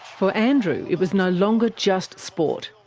for andrew, it was no longer just sport.